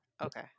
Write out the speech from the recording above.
okay